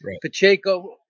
Pacheco